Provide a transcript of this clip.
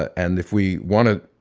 and if we want to,